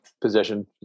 position